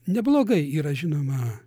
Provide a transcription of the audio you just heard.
neblogai yra žinoma